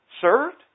served